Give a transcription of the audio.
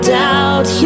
doubt